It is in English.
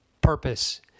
purpose